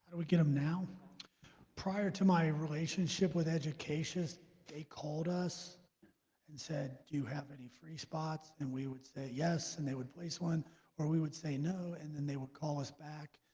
we get them now prior to my relationship with educatius they called us and said, do you have any free spots and we would say yes and they would place one or we would say no and then they would call us back